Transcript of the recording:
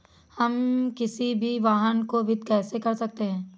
हम किसी भी वाहन को वित्त कैसे कर सकते हैं?